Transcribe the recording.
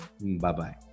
Bye-bye